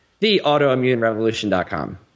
theautoimmunerevolution.com